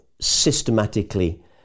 systematically